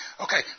Okay